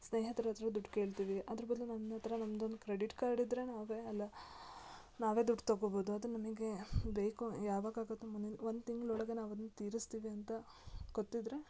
ಸ್ನೇಹಿತ್ರ ಹತ್ತಿರ ದುಡ್ಡು ಕೇಳ್ತೀವಿ ಅದ್ರ ಬದಲು ನನ್ನ ಹತ್ರ ನಂದು ಒಂದು ಕ್ರೆಡಿಟ್ ಕಾರ್ಡ್ ಇದ್ದರೆ ನಾವೆ ಎಲ್ಲ ನಾವೆ ದುಡ್ಡು ತಗೊಬೋದು ಅದು ನನಗೆ ಬೇಕು ಯಾವಾಗ ಆಗುತ್ತೊ ಮುಂದಿನ ಒಂದು ತಿಂಗ್ಳು ಒಳಗೆ ನಾವು ಅದ್ನ ತೀರಿಸ್ತೀವಿ ಅಂತ ಗೊತ್ತಿದ್ದರೆ